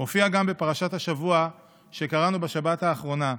הופיע גם בפרשת השבוע שקראנו בשבת האחרונה: